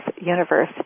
universe